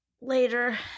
later